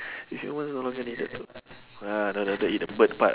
if humans no longer needed to ah I rather eat the bird part